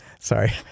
sorry